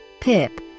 Pip